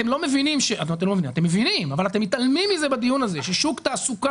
אתם מתעלמים בדיון הזה מכך ששוק תעסוקה